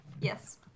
Yes